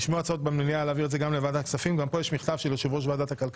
התשפ"א-2021 לוועדת העבודה והרווחה